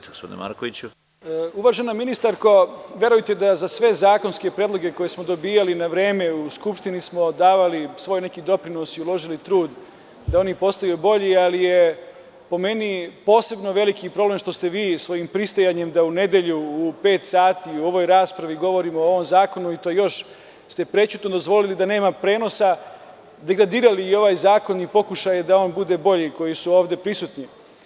Uvažena ministarko, verujte da za sve zakonske predloge koje smo dobijali na vreme u Skupštini smo davali svoj neki doprinos i uložili trud da oni postanu bolji, ali je po meni posebno veliki problem što ste vi svojim pristajanjem da u nedelju u pet sati o ovoj raspravi govorimo o ovom zakonu i to još ste prećutno dozvolili da nema prenosa, degradirali i ovaj zakon i pokušaj da on bude bolji, koji su ovde prisutni.